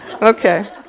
Okay